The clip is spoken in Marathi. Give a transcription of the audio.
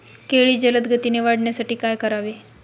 केळी जलदगतीने वाढण्यासाठी काय करावे?